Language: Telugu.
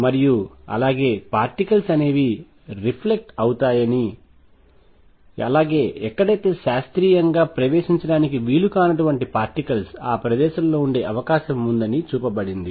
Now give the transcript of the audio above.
మరియు అలాగే పార్టికల్స్ అనేవి రిఫ్లెక్ట్ అవుతాయని అలాగే ఎక్కడైతే శాస్త్రీయంగా ప్రవేశించడానికి వీలు కానటువంటి పార్టికల్స్ ఆ ప్రదేశం లో ఉండే అవకాశం ఉందని చూపబడింది